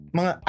mga